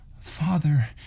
Father